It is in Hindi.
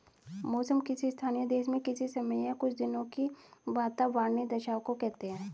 मौसम किसी स्थान या देश में किसी समय या कुछ दिनों की वातावार्नीय दशाओं को कहते हैं